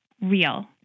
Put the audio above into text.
real